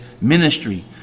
ministry